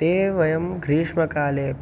ते वयं ग्रीष्मकाले अपि उपयुज्मः